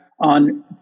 on